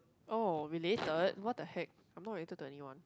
oh related what-the-heck I'm not related to anyone